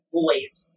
voice